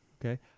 Okay